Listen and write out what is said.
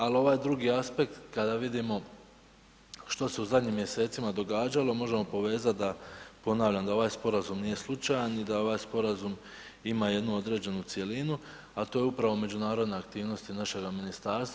Ali ovaj drugi aspekt kada vidimo što se u zadnjim mjesecima događalo možemo povezati, ponavljam da ovaj sporazum nije slučajan i da ovaj sporazum ima jednu određenu cjelinu, a to je upravo međunarodna aktivnost našega ministarstva.